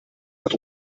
hat